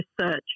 research